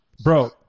Bro